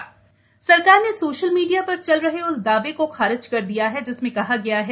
फर्जी खबर सरकार ने सोशल मीडिया पर चल रहे उस दावे को खारिज कर दिया हा जिसमें कहा गया है